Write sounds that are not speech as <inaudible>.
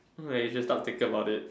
<noise> you should start thinking about it